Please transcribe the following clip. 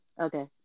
okay